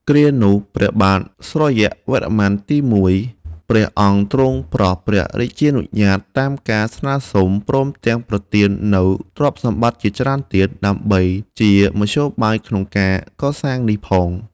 គ្រានោះ ព្រះបាទសុរ្យវរ្ម័នទី១ ព្រះអង្គទ្រង់ប្រោសព្រះរាជានុញ្ញាតតាមការស្នើសុំ ព្រមទាំងប្រទាននូវទ្រព្យសម្បត្តិជាច្រើនទៀត ដើម្បីជាមធ្យោបាយក្នុងការកសាងនេះផង ។